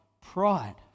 pride